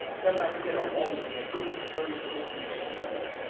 seven out of ten are always a gangster or very closely gangster related.